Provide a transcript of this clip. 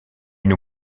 une